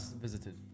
visited